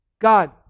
God